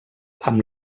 amb